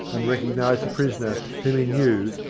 and recognised the prisoner, whom he knew,